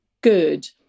good